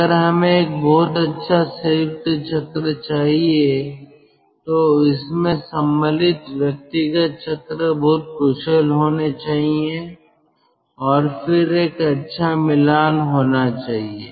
अगर हमें एक बहुत अच्छा संयुक्त चक्र चाहिए तो इसमें सम्मिलित व्यक्तिगत चक्र बहुत कुशल होने चाहिए और फिर एक अच्छा मिलान होना चाहिए